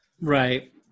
Right